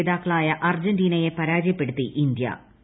ജേതാക്കളായ അർജന്റീനയെ പരാജയപ്പെടുത്തി ഇന്തൃ